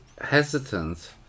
hesitant